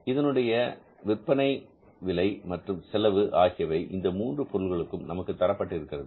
இதனுடைய விற்பனை விலை மற்றும் செலவு ஆகியவை இந்த மூன்று பொருட்களுக்கும் நமக்கு தரப்பட்டிருக்கிறது